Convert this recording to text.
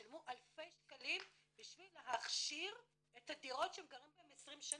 שילמו אלפי שקלים בשביל להכשיר את הדירות שהם גרין בהן 20 שנה,